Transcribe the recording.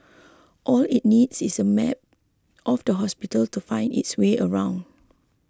all it needs is a map of the hospital to find its way around